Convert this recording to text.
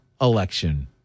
election